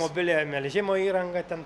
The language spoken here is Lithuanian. mobiliąją melžimo įrangą ten